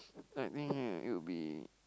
I think right it'll be